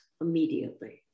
immediately